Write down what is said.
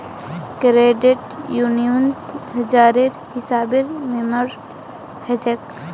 credit यूनियनत हजारेर हिसाबे मेम्बर हछेक